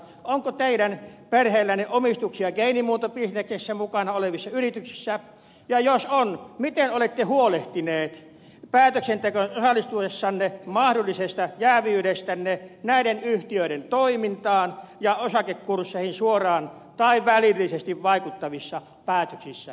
onko teidän perheellänne omistuksia geenimuuntobisneksessä mukana olevissa yrityksissä ja jos on miten olette huolehtinut päätöksentekoon osallistuessanne mahdollisesta jääviydestänne näiden yhtiöiden toimintaan ja osakekursseihin suoraan tai välillisesti vaikuttavissa päätöksissänne